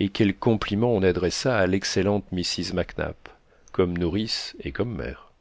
et quels compliments on adressa à l'excellente mrs mac nap comme nourrice et comme mère